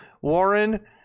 Warren